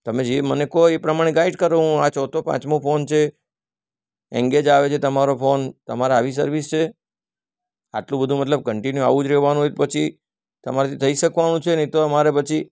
તમે જે મને કહો એ પ્રમાણે ગાઈડ કરો આ ચોથો પાંચમો ફોન છે એન્ગેજ આવે છે તમારો ફોન તમારે આવી સર્વિસ છે આટલું બધું મતલબ કંટીન્યુ આવું જ રહેવાનું હોય પછી તમારી થઈ શકવાનું છે નહીં તો અમારે પછી